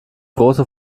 große